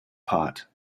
pot